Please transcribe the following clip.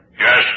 Yes